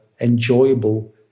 enjoyable